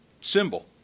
symbol